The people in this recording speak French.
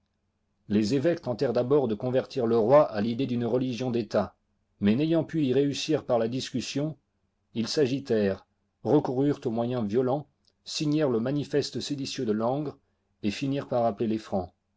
les évôques tentèrent d'abord de convertir le roi à l'idée d'une religion d'état mais n'ayant pu y réussir par la discussion ils s'agitèrent recoururent au moyens violents signèrent le manifeste séditieux de langres et finirent pour appeler les francs